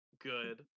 good